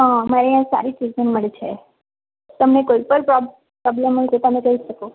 હા અમારે અહીં સારી ટ્રીટમેન્ટ મળે છે તમને કોઈ પણ પ્રોબ પ્રોબ્લેમ હોય તો કહી શકો